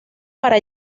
para